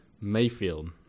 Mayfield